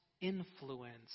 influence